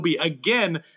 again